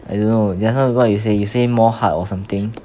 I don't know just now what you say you say more heart or something